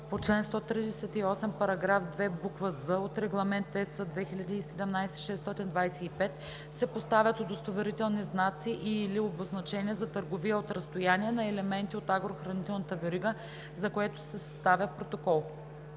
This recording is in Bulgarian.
по чл. 138, § 2, буква „з“ от Регламент (ЕС) 2017/625 се поставят удостоверителни знаци и/или обозначения за търговия от разстояние на елементи от агрохранителната верига, за което се съставя протокол.